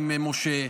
עם משה,